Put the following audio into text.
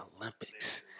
Olympics